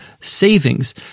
savings